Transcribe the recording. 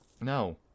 No